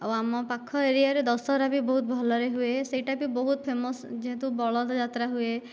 ଆଉ ଆମ ପାଖ ଏରିଆରେ ଦଶହରା ବି ବହୁତ ଭଲରେ ହୁଏ ସେଇଟାବି ବହୁତ ଫେମସ୍ ଯେହେତୁ ବଳଦ ଯାତ୍ରା ହୁଏ